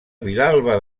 vilalba